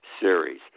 series